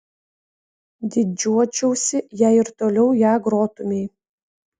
didžiuočiausi jei ir toliau ja grotumei